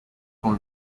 con